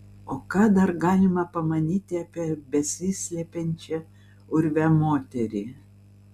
o ką dar galima pamanyti apie besislepiančią urve moterį